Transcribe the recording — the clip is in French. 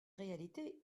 réalité